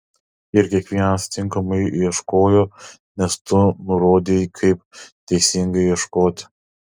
ir kiekvienas tinkamai ieškojo nes tu nurodei kaip teisingai ieškoti